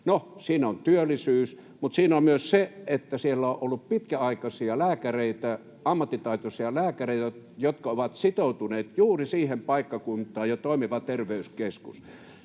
No, siinä on työllisyys, mutta siinä on myös se, että siellä on ollut pitkäaikaisia lääkäreitä, ammattitaitoisia lääkäreitä, jotka ovat sitoutuneet juuri siihen paikkakuntaan, ja toimiva terveyskeskus.